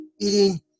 eating